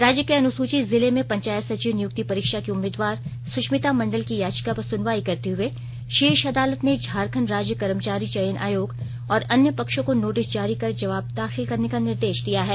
राज्य के अनुसूचित जिले में पंचायत सचिव नियुक्ति परीक्षा की उम्मीद्वार सुष्मिता मंडल की याचिका पर सुनवाई करते हुए शीर्ष अदालत ने झारखंड राज्य कर्मचारी चयन आयोग और अन्य पक्षों को नोटिस जारी कर जवाब दाखिल करने का निर्देश दिया है